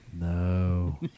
No